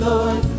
Lord